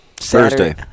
Thursday